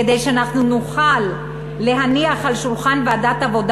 כדי שאנחנו נוכל להניח על שולחן ועדת העבודה,